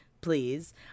please